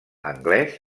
anglès